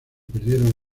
perdieron